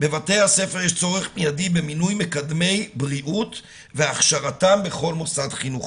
בבתי הספר יש צורך מיידי במינוי מקדמי בריאות והכשרתם בכל מוסד חינוכי.